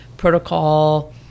protocol